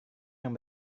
yang